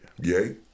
Yay